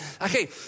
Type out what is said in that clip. Okay